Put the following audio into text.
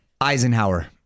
Eisenhower